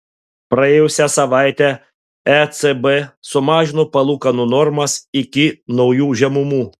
praėjusią savaitę ecb sumažino palūkanų normas iki naujų žemumų